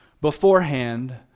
beforehand